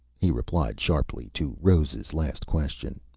he replied sharply to rose' last question.